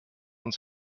und